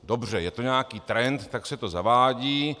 Dobře, je to nějaký trend, tak se to zavádí.